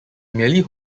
merely